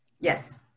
Yes